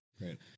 Right